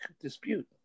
dispute